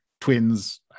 twins